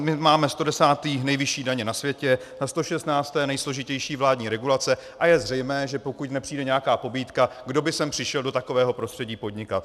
My máme 110. nejvyšší daně na světě, 116. nejsložitější vládní regulace a je zřejmé, že pokud nepřijde nějaká pobídka, kdo by sem přišel do takového prostředí podnikat.